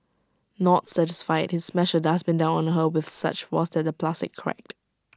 not satisfied he smashed A dustbin down on her with such force that the plastic cracked